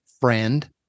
friend